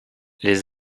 les